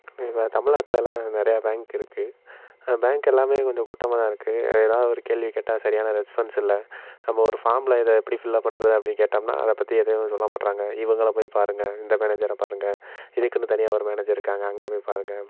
இப்போ தமிழ் நாட்டிலெல்லாம் நிறையா பேங்க் இருக்குது அந்த பேங்க் எல்லாமே கொஞ்சம் கூட்டமா தான் இருக்கு அதில் ஏதா ஒரு கேள்வி கேட்டால் சரியான ரெஸ்பான்ஸ் இல்லை நம்ம ஒரு ஃபார்மில் இது எப்டி ஃபில்லப் பண்ணுறது அப்படி கேட்டோம்னால் அதை பற்றி எதுவும் சொல்ல மாட்டேறாங்க இவங்களை போய் பாருங்க இந்த மேனஜரை பாருங்கள் இதுக்குன்னு தனியாக ஒரு மேனேஜர் இருக்காங்க அங்கே போய் பாருங்கள்